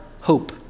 hope